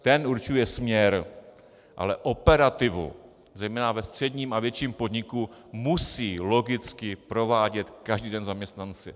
Ten určuje směr, ale operativu, zejména ve středním a větším podniku, musí logicky provádět každý den zaměstnanci.